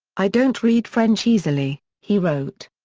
i don't read french easily, he wrote.